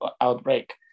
outbreak